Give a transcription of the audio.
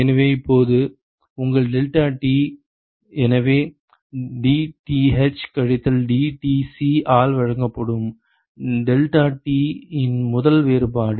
எனவே இப்போது உங்கள் டிடெல்டாடி எனவே dTh கழித்தல் dTc ஆல் வழங்கப்படும் டெல்டாடி இன் முதல் வேறுபாடு